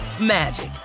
magic